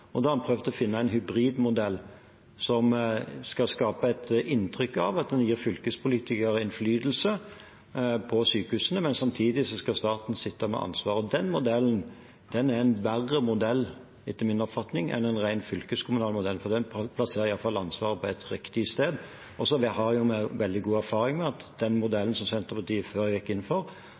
og da har en prøvd å finne en hybridmodell som skal skape et inntrykk av at en gir fylkespolitikerne innflytelse på sykehusene, men samtidig skal staten sitte med ansvaret. Den modellen er en verre modell, etter min oppfatning, enn en ren fylkeskommunal modell, for den plasserer iallfall ansvaret på et riktig sted. Vi har veldig god erfaring med at den modellen som Senterpartiet før gikk inn for,